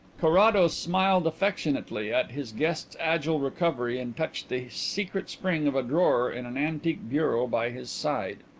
carrados smiled affectionately at his guest's agile recovery and touched the secret spring of a drawer in an antique bureau by his side.